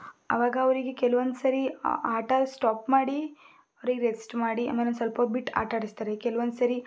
ಆವಾಗ ಅವರಿಗೆ ಕೆಲವೊಂದು ಸರಿ ಆಟ ಸ್ಟಾಪ್ ಮಾಡಿ ಅವರಿಗೆ ರೆಸ್ಟ್ ಮಾಡಿ ಆಮೇಲೊಂದು ಸ್ವಲ್ಪ ಹೊತ್ಬಿಟ್ಟು ಆಟ ಆಡಿಸ್ತಾರೆ ಕೆಲವೊಂದು ಸರಿ